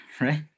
right